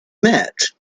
met